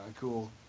Cool